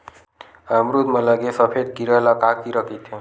अमरूद म लगे सफेद कीरा ल का कीरा कइथे?